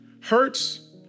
Hurts